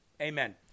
Amen